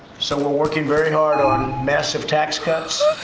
so we're working very hard on massive tax cuts,